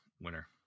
winner